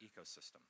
ecosystem